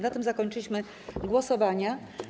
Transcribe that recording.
Na tym zakończyliśmy głosowania.